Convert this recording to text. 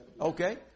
Okay